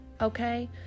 okay